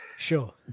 Sure